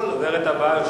הדוברת הבאה,